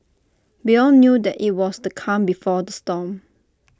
we all knew that IT was the calm before the storm